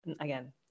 again